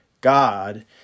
God